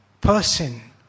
person